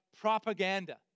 propaganda